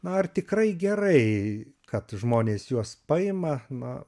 ar tikrai gerai kad žmonės juos paima na